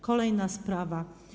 Kolejna sprawa.